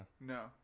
No